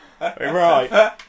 Right